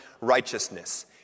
righteousness